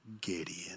Gideon